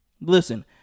Listen